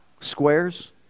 Squares